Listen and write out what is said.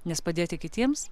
nes padėti kitiems